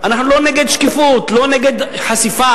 אנחנו לא נגד שקיפות ולא נגד חשיפה.